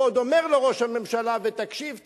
ועוד אומר לו ראש הממשלה: תקשיב טוב,